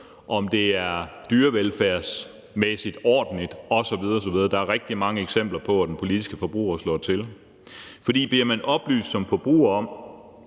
om det er dyrevelfærdsmæssigt ordentligt osv. osv. Der er rigtig mange eksempler på, at den politiske forbruger slår til. For bliver man som forbruger